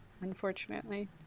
unfortunately